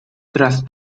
tras